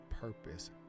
purpose